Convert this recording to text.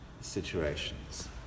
situations